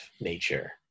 nature